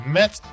met